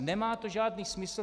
Nemá to žádný smysl.